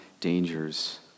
dangers